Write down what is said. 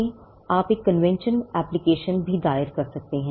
भारत में आप एक कन्वेंशन एप्लिकेशन भी दायर कर सकते हैं